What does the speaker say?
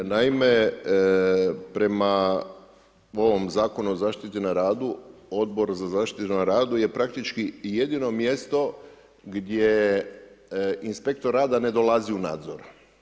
Naime, prema ovom Zakonu o zaštiti na radu, Odbor za zaštitu na radu je praktički jedino mjesto gdje inspektor rada ne dolazi u nadzor.